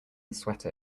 sweater